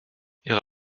ihre